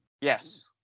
Yes